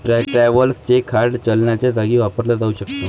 travellers cheque hard चलनाच्या जागी वापरला जाऊ शकतो